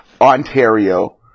Ontario